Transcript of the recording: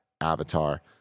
avatar